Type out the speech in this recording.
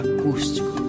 Acústico